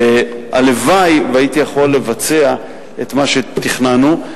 והלוואי שהייתי יכול לבצע את מה שתכננו.